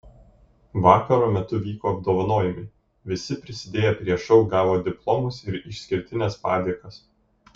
vakaro metu vyko apdovanojimai visi prisidėję prie šou gavo diplomus ir išskirtines padėkas